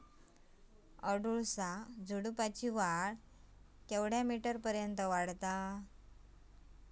अडुळसा झुडूपाची वाढ कितक्या मीटर पर्यंत वाढता?